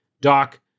Doc